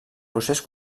procés